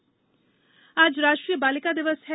बालिका दिवस आज राष्ट्रीय बालिका दिवस है